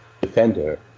defender